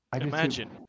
Imagine